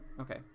Okay